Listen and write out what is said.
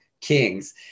kings